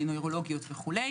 נוירולוגיות וכו'.